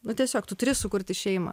nu tiesiog tu turi sukurti šeimą